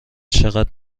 چقدر